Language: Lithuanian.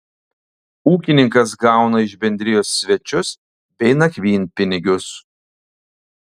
ūkininkas gauna iš bendrijos svečius bei nakvynpinigius